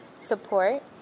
support